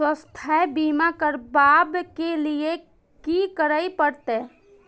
स्वास्थ्य बीमा करबाब के लीये की करै परतै?